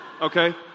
okay